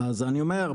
אז אני אומר,